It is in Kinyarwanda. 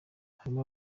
harimo